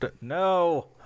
no